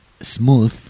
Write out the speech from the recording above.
Smooth